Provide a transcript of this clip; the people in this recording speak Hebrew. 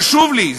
חשוב לי,